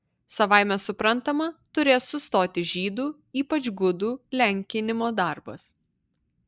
savaime suprantama turės sustoti žydų ypač gudų lenkinimo darbas